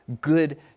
good